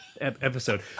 episode